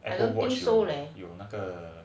Apple watch 有那个